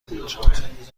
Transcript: بود